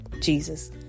Jesus